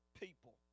people